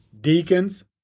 deacons